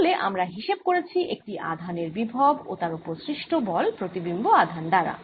তাহলে আমরা হিসেব করেছি একটি আধানের বিভব ও তার ওপর সৃষ্ট বল প্রতিবিম্ব আধান দ্বারা